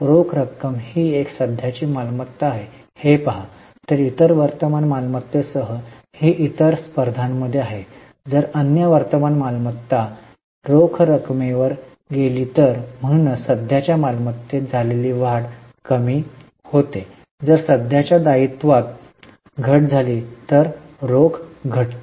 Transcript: रोख रक्कम ही एक सध्याची मालमत्ता आहे हे पहा तर इतर वर्तमान मालमत्तेसह ही इतर स्पर्धांमध्ये आहे जर अन्य वर्तमान मालमत्ता रोख रक्कमेवर गेली तर म्हणूनच सध्याच्या मालमत्तेत झालेली वाढ कमी होते जर सध्याच्या दायित्वात घट झाली तर रोख घटते